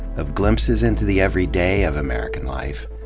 of glimpses into the everyday of american life,